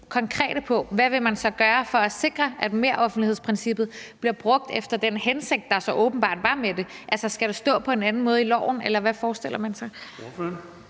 forhold til hvad man så vil gøre for at sikre, at meroffentlighedsprincippet bliver brugt efter den hensigt, der så åbenbart var med det. Altså, skal det stå på en anden måde i loven, eller hvad forestiller man sig?